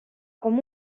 com